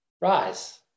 rise